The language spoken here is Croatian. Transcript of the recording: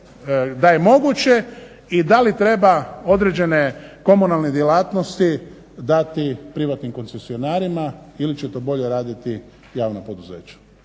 da je moguće i da li treba određene komunalne djelatnosti dati privatnim koncesionarima ili će to bolje raditi javna poduzeća.